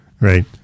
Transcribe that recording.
Right